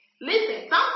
Listen